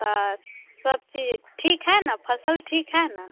तो सब चीज़ ठीक है ना फ़सल ठीक है ना